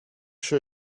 sure